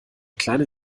kleine